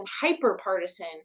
hyper-partisan